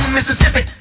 Mississippi